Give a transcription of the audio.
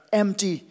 empty